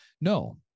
No